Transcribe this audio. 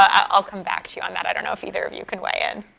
ah i'll come back to you on that, i don't know if either of you can weigh in.